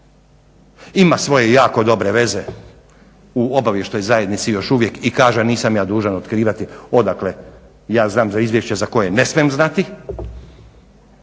ima svoje jako dobre veze u obavještajnoj zajednici još uvijek i kaže nisam ja dužan otkrivati odakle ja znam za izvješće za koje ne smijem znati